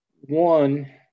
One